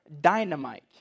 dynamite